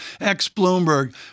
ex-Bloomberg